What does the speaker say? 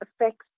affects